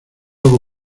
hago